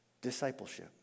discipleship